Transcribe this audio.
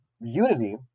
unity